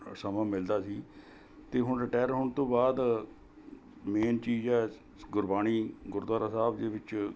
ਸਮਾਂ ਮਿਲਦਾ ਸੀ ਅਤੇ ਹੁਣ ਰਿਟਾਇਰ ਹੋਣ ਤੋਂ ਬਾਅਦ ਮੇਨ ਚੀਜ਼ ਹੈ ਗੁਰਬਾਣੀ ਗੁਰਦੁਆਰਾ ਸਾਹਿਬ ਦੇ ਵਿੱਚ